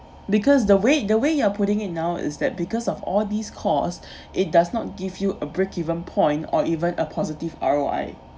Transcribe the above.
because the way the way you are putting it now is that because of all these costs it does not give you a break even point or even a positive R_O_I